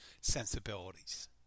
sensibilities